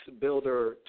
builder